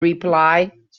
replied